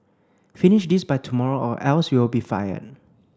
finish this by tomorrow or else you'll be fired